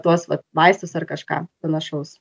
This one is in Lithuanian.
tuos vaistus ar kažką panašaus